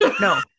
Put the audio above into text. No